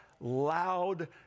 loud